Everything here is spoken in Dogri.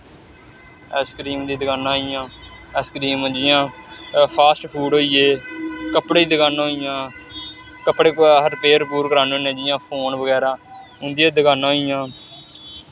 आईसक्रीम दियां दकानां आई गेइयां आईस क्रीम जि'यां फॉस्ट फूड़ होई गे कपड़़े दी दकानां होई गेइयां कपड़े अस रिपेयर रपूर कराने होन्ने जि'यां फोन बगैरा उं'दियां दकानां होई गेइयां